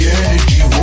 energy